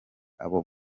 abo